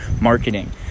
marketing